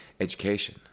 education